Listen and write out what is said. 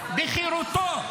כדי לזכות בחירותו.